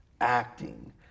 acting